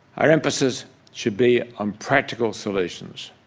our emphasis should be on practical solutions.